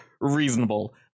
reasonable